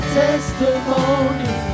testimony